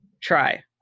Try